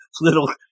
little